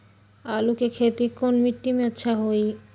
आलु के खेती कौन मिट्टी में अच्छा होइ?